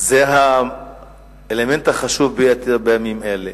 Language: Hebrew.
זה האלמנט החשוב ביותר בימים אלה.